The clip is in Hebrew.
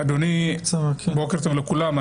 בוקר טוב לכולם,